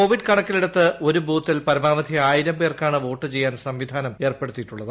Covid കണക്കിലെടുത്ത് ഒരു ബൂത്തിൽ പരമാവധി ആയിരം പേർക്കാണ് വോട്ട് ചെയ്യാൻ സംവിധാനം ഏർപ്പെടുത്തിയിട്ടുള്ളത്